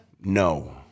No